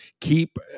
keep